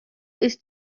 ist